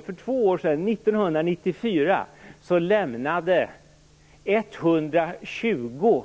1994 lämnade 120